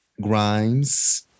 Grimes